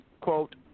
quote